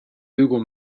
google